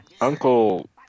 Uncle